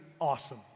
awesome